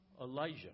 Elijah